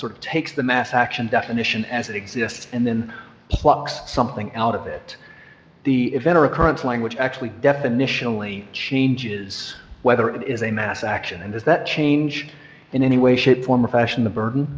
sort of takes the mass action definition as it exists and then something out of that the event or occurrence language actually definitional changes whether it is a mass action and has that changed in any way shape form or fashion the burden